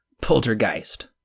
Poltergeist